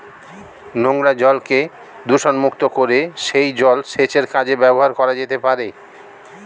নোংরা জলকে দূষণমুক্ত করে সেই জল সেচের কাজে ব্যবহার করা যেতে পারে